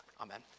Amen